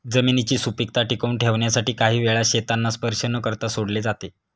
जमिनीची सुपीकता टिकवून ठेवण्यासाठी काही वेळा शेतांना स्पर्श न करता सोडले जाते